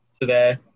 today